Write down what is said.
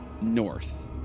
north